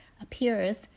appears